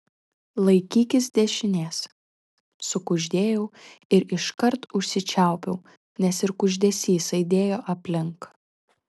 laikykis dešinės sukuždėjau ir iškart užsičiaupiau nes ir kuždesys aidėjo aplink